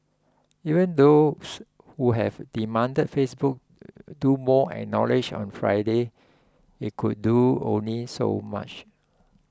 even those who have demanded Facebook do more acknowledged on Friday it could do only so much